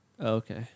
Okay